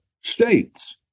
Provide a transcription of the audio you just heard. states